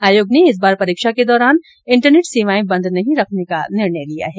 आयोग ने इस बार परीक्षा के दौरान इन्टरनेट सेवाएं बंद नहीं रखने का निर्णय लिया है